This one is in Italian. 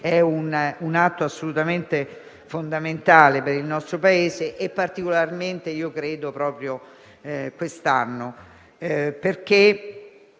un atto assolutamente fondamentale per il nostro Paese e particolarmente quest'anno, perché